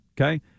okay